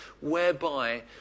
whereby